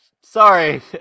Sorry